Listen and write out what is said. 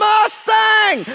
Mustang